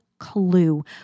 clue